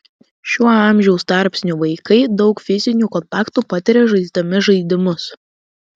šiuo amžiaus tarpsniu vaikai daug fizinių kontaktų patiria žaisdami žaidimus